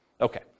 Okay